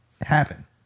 happen